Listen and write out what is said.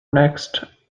next